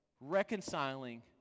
Reconciling